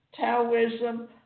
Taoism